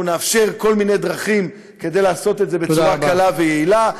אנחנו נאפשר כל מיני דרכים לעשות את זה בצורה קלה ויעילה.